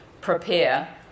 prepare